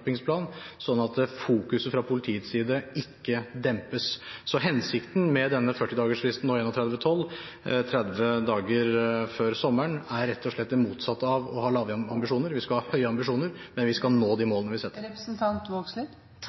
at fokuset fra politiets side ikke dempes. Så hensikten med denne 40 dagers-fristen innen 31. desember i år, som skal ned til 30 dager før sommeren, er rett og slett det motsatte av å ha lave ambisjoner. Vi skal ha høye ambisjoner, men vi skal nå de målene vi setter oss. Eg